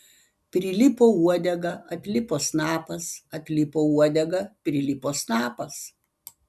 prilipo uodega atlipo snapas atlipo uodega prilipo snapas